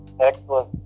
Excellent